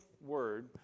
word